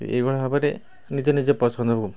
ଏଇଭଳି ଭାବରେ ନିଜ ନିଜ ପସନ୍ଦକୁ